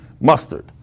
mustard